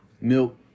milk